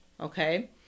Okay